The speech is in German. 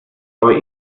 aber